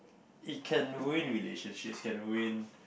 it can ruin relationships it can win